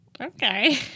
Okay